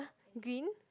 green